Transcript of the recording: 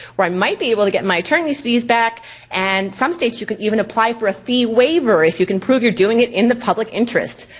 where i might be able to get my attorney's fees back and some states you can even apply for a fee waiver if you can prove you're doing it in the public interest.